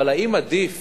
אבל האם עדיף